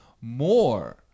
more